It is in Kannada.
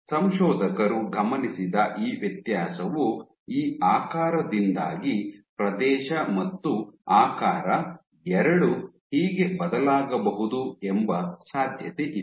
ಸಂಶೋಧಕರು ಗಮನಿಸಿದ ಈ ವ್ಯತ್ಯಾಸವು ಈ ಆಕಾರದಿಂದಾಗಿ ಪ್ರದೇಶ ಮತ್ತು ಆಕಾರ ಎರಡೂ ಹೀಗೆ ಬದಲಾಗಬಹುದು ಎಂಬ ಸಾಧ್ಯತೆಯಿದೆ